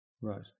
Right